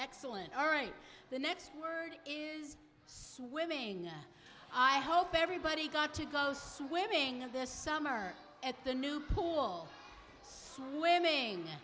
excellent all right the next word is swimming i hope everybody got to go swimming this summer at the new pool swimming